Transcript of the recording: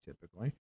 typically